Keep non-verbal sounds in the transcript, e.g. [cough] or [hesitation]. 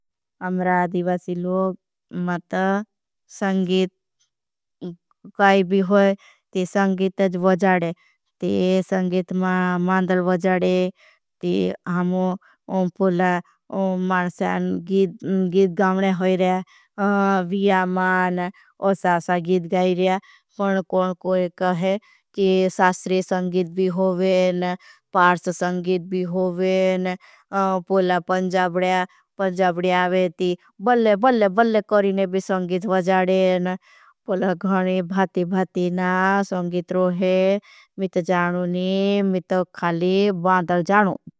अम्रादिवासी लोग मत संगीत [hesitation] काई भी होई। ते संगीत अज वज़ाड़े ते संगीत मा मांदल वज़ाड़े ते हमों पूला। [hesitation] मानसान गीद गाँवने होई रहा है विया। मान ओसासा गीद गाई रहा पन कोई कहे के सास्रे संगीत। भी होवेन पार्स संगीत भी होव पूला पंजाबड़े आवे ती बले। बले करीने भी संगीत भी जाड़ेन पूला गहने भाती भाती ना। संगीत रोहे मी त जानू नी मी त खाली बादल जानू।